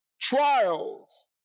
Trials